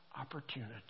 opportunity